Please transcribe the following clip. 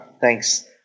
thanks